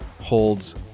holds